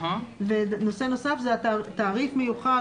נושא נוסף זה תעריף מיוחד,